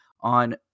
on